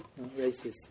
racist